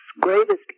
greatest